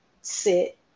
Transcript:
sit